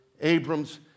Abram's